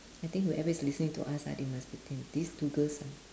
I think whoever is listening to us ah they must be think these two girl ah